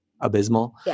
abysmal